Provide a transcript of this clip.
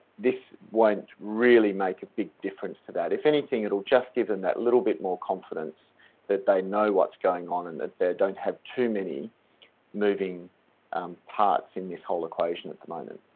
this won't really make a big difference to that. if anything, it'll just give them that little bit more confidence that they know what's going on. and that they don't have too many moving um parts in this whole equation at the moment.